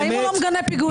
בחיים הוא לא מגנה פיגועים.